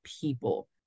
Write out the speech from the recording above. people